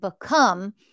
become